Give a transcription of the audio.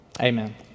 Amen